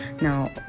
now